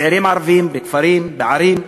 צעירים ערבים בכפרים, בערים,